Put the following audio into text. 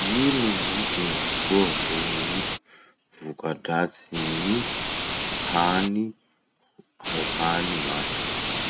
Ino gny tombotsoa vo gny vokadratsin'ny hany ho hany manta?